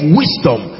wisdom